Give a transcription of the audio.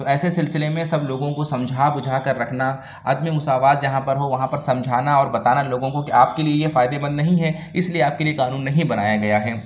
تو ایسے سلسلے میں سب لوگوں کو سمجھا بجھا کر رکھنا عدم مساوات جہاں پر ہو وہاں پر سمجھانا اور بتانا لوگوں کو کہ آپ کے لیے یہ فائدے مند نہیں ہے اس لیے یہ آپ کے لیے یہ قانون نہیں بنایا گیا ہے